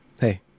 Hey